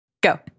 Go